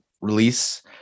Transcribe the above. release